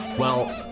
well,